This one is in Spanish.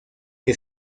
que